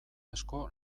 asko